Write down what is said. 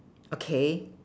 okay